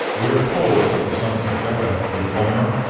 we are told that the sons of japheth were gomer,